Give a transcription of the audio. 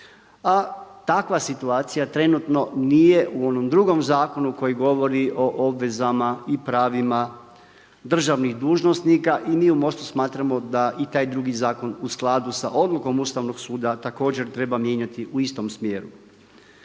a takva situacija trenutno nije u onom drugom zakonu koji govori o obvezama i pravima državnih dužnosnika i mi u MOST-u smatramo da i taj drugi zakon u skladu sa odlukom Ustavnog suda također treba mijenjati u istom smjeru.